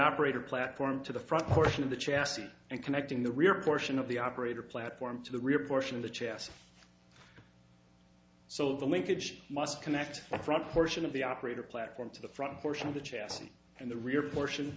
operator platform to the front portion of the chassis and connecting the rear portion of the operator platform to the rear portion of the chassis so the linkage must connect from a portion of the operator platform to the front portion of the chassis and the rear portion